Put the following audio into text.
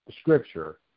scripture